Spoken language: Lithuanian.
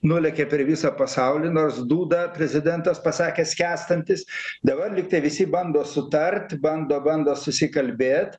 nulėkė per visą pasaulį nors duda prezidentas pasakė skęstantis dabar lyg tai visi bando sutart bando bando susikalbėt